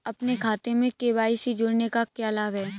अपने खाते में के.वाई.सी जोड़ने का क्या लाभ है?